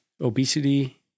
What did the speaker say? obesity